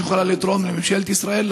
שיכולה לתרום לממשלת ישראל,